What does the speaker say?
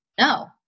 no